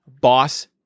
boss